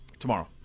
Tomorrow